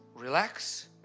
relax